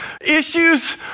issues